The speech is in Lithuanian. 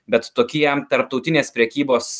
bet tokie tarptautinės prekybos